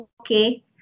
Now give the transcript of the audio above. okay